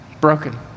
Broken